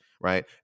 right